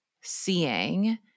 seeing